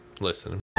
Listen